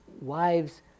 Wives